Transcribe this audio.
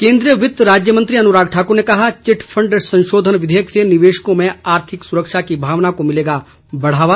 केंद्रीय वित्त राज्य मंत्री अनुराग ठाकुर ने कहा चिटफंड संशोधन विधेयक से निवेशकों में आर्थिक सुरक्षा की भावना को मिलेगा बढ़ावा